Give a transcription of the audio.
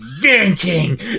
venting